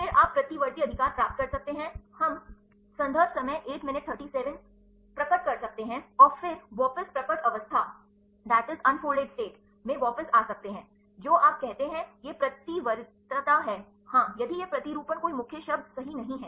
फिर आप प्रतिवर्ती अधिकार प्राप्त कर सकते हैं हम संदर्भ समय 0837 प्रकट कर सकते हैं और फिर आप वापस प्रकट अवस्था में वापस आ सकते हैं जो आप कहते हैं यह प्रतिवर्तीता है हाँ यदि यह प्रतिरूपण कोई मुख्य शब्द सही नहीं है